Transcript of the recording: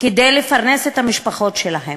כדי לפרנס את המשפחות שלהם.